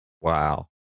Wow